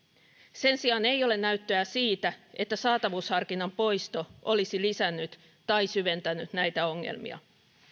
sen sijaan ei ole näyttöä siitä että saatavuusharkinnan poisto olisi lisännyt tai syventänyt näitä ongelmia